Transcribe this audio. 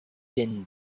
din